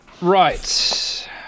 right